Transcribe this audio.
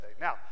Now